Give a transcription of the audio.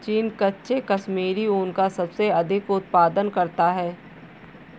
चीन कच्चे कश्मीरी ऊन का सबसे अधिक उत्पादन करता है